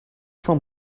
from